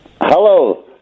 Hello